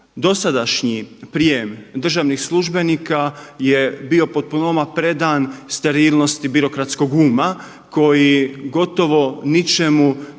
Dosadašnji prijem državnih službenika je bio potpunoma predan sterilnosti birokratskog uma koji gotovo ničemu